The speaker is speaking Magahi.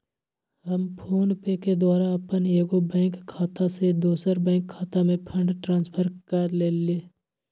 हम फोनपे के द्वारा अप्पन एगो बैंक खता से दोसर बैंक खता में फंड ट्रांसफर क लेइले